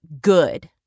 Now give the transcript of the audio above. good